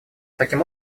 таким